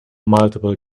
multiple